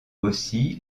aussi